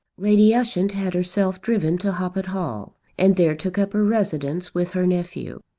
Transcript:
lady ushant had herself driven to hoppet hall, and there took up her residence with her nephew.